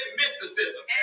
mysticism